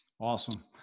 Awesome